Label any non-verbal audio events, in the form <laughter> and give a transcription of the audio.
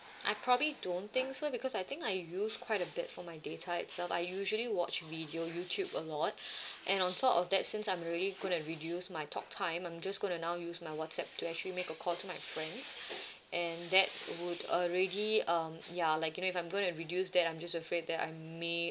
I probably don't think so because I think I use quite a bit for my data itself I usually watch video youtube a lot <breath> and on top of that since I'm already gonna reduce my talk time I'm just gonna now use my whatsapp to actually make a call to my friends and that it would already um ya like you know if I'm gonna reduce that I'm just afraid that I may